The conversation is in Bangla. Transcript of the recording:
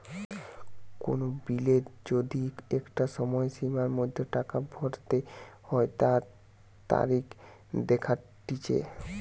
কোন বিলের যদি একটা সময়সীমার মধ্যে টাকা ভরতে হই তার তারিখ দেখাটিচ্ছে